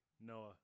Noah